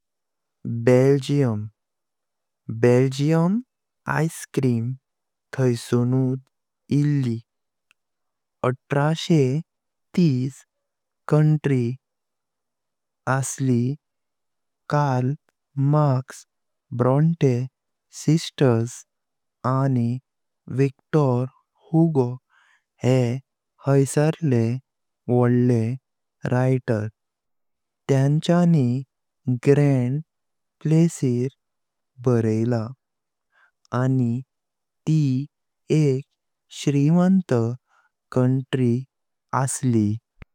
Belgium ice cream थाईसुनात इली। एकोणिशे तीस देश असली कार्ल मार्क्स ब्रॉंते सिस्टर्स आणि विक्टर ह्यूगो हे हस्ताऱले वडले राइटर तेनच्यानी ग्रँड प्लेसें बारीला। आणि ती एक श्रीमंत देश असली।